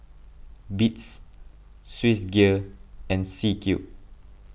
Beats Swissgear and C Cube